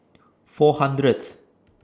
four hundredth